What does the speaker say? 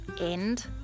end